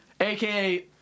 AKA